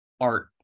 art